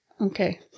Okay